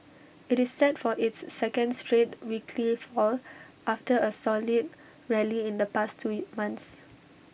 IT is set for its second straight weekly fall after A solid rally in the past two months